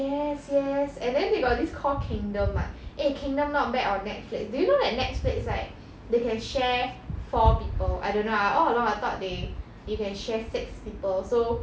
yes yes and then they got this call kingdom ah eh kingdom not bad on netflix do you know that netflix right they can share four people I don't know I all along I thought they they can share six people so